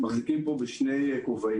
מחזיקים פה בשני כובעים.